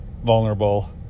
vulnerable